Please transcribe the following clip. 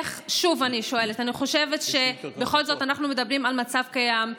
שוב אני שואלת: אני חושבת שבכל זאת אנחנו מדברים על מצב קיים,